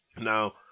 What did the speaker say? Now